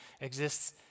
exists